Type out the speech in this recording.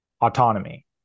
autonomy